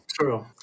True